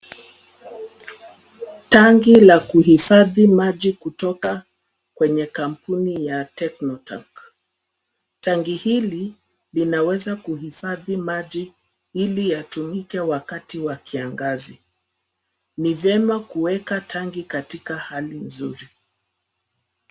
Tanki la kuhifadhi maji kutoka kwenye kampuni ya Technotank. Tanki hili linaweza kuhifadhi maji ili yatumike wakati wa kiangazi. Ni vyema kuweka tanki katika hali mzuri.